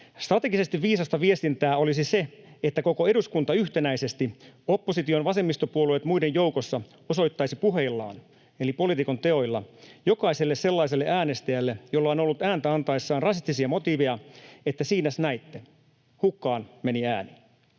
Strategisesti viisasta viestintää olisi se, että koko eduskunta yhtenäisesti, opposition vasemmistopuolueet muiden joukossa, osoittaisi puheillaan eli poliitikon teoilla jokaiselle sellaiselle äänestäjälle, jolla on ollut ääntä antaessaan rasistisia motiiveja, että siinäs näitte, hukkaan meni ääni,